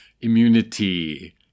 immunity